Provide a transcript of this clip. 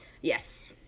Yes